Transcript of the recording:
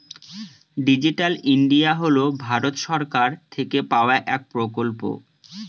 digital India হল ভারত সরকার থেকে পাওয়া এক প্রকল্প